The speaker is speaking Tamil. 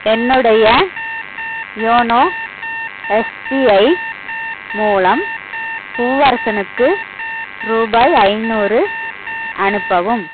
என்னுடைய யோனோ எஸ்பிஐ மூலம் பூவரசனுக்கு ரூபாய் ஐநூறு அனுப்பவும்